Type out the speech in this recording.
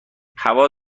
هوا